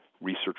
Research